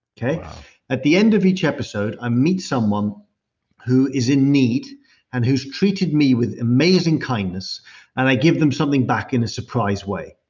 at the end of each episode, i meet someone who is in need and who's treated me with amazing kindness and i give them something back in a surprise way.